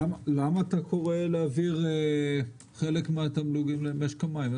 למה אתה קורא להעביר חלק מהתמלוגים למשק המים?